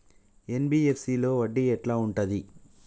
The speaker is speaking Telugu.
ఎన్.బి.ఎఫ్.సి లో వడ్డీ ఎట్లా ఉంటది?